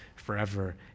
forever